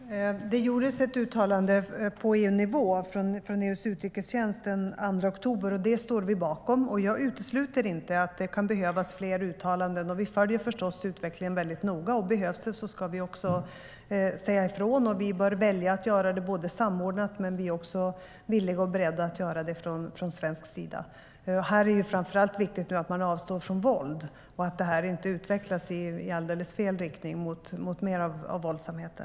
Herr talman! Det gjordes ett uttalande på EU-nivå, från EU:s utrikestjänst, den 2 oktober. Det står vi bakom. Jag utesluter inte att det kan behövas fler uttalanden. Vi följer förstås utvecklingen noga, och behövs det ska vi också säga ifrån. Vi bör välja att göra det samordnat, men vi är också villiga och beredda att göra det från svensk sida. Det är framför allt viktigt att man avstår från våld och att situationen utvecklas i helt fel riktning, mot mer av våldsamheter.